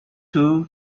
two